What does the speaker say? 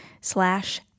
slash